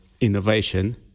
innovation